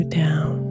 down